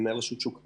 מנהל רשות שוק ההון,